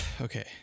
okay